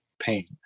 pain